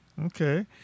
Okay